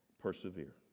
Persevere